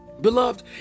Beloved